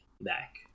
back